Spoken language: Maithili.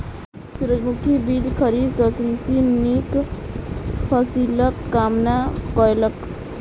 सूरजमुखी बीज खरीद क कृषक नीक फसिलक कामना कयलक